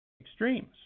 extremes